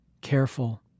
careful